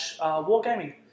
Wargaming